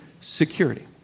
security